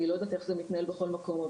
אני לא יודעת איך זה מתנהל בכל מקום.